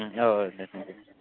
औऔ